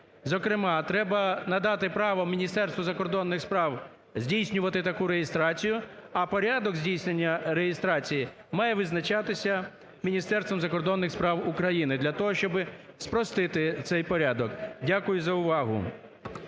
зокрема треба надати право Міністерству закордонних справ здійснювати таку реєстрацію, а порядок здійснення реєстрації має визначатися Міністерством закордонних справ України для того, щоби спростити цей порядок. Дякую за увагу.